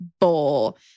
bowl